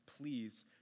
please